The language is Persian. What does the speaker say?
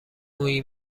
مویی